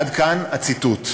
עד כאן הציטוט.